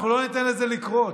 אנחנו לא ניתן לזה לקרות.